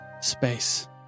space